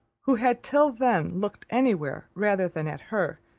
who had till then looked any where, rather than at her,